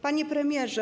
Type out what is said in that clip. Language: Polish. Panie Premierze!